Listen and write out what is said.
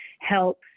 help